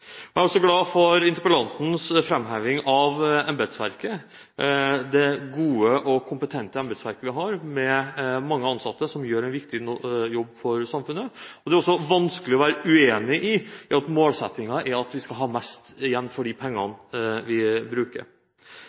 Jeg er også glad for interpellantens framheving av embetsverket, det gode og kompetente embetsverket vi har med mange ansatte som gjør en viktig jobb for samfunnet. Det er også vanskelig å være uenig i at målsettingen er at vi skal ha mest mulig igjen for de pengene vi bruker.